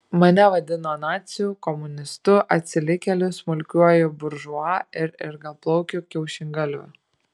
mane vadino naciu komunistu atsilikėliu smulkiuoju buržua ir ilgaplaukiu kiaušingalviu